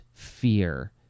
fear